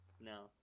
No